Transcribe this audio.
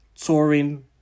touring